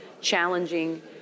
challenging